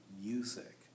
music